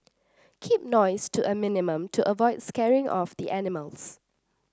keep noise to a minimum to avoid scaring off the animals